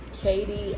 Katie